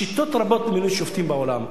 שיטות רבות למינוי שופטים בעולם,